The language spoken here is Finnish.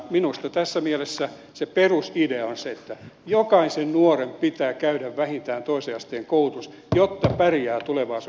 minusta tässä mielessä se perusidea on se että jokaisen nuoren pitää käydä vähintään toisen asteen koulutus jotta pärjää tulevaisuuden työelämässä